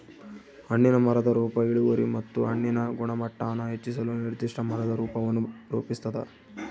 ಹಣ್ಣಿನ ಮರದ ರೂಪ ಇಳುವರಿ ಮತ್ತು ಹಣ್ಣಿನ ಗುಣಮಟ್ಟಾನ ಹೆಚ್ಚಿಸಲು ನಿರ್ದಿಷ್ಟ ಮರದ ರೂಪವನ್ನು ರೂಪಿಸ್ತದ